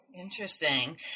Interesting